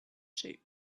shape